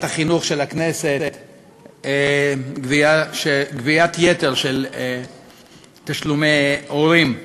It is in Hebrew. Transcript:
החינוך של הכנסת לגביית יתר של תשלומי הורים.